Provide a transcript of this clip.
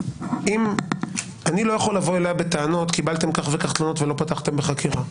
אני לא יכול לבוא אליך בטענות שקיבלתם כך וכך תלונות ולא פתחתן בחקירה,